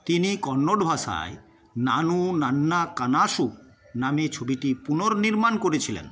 তিনি কন্নড় ভাষায় নানু নান্না কানাসু নামে ছবিটি পুনর্নির্মাণ করেছিলেন